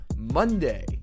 Monday